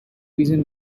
vision